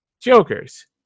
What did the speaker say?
Jokers